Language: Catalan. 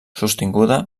sostinguda